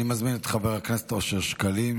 אני מזמין את חבר הכנסת אושר שקלים,